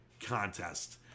contest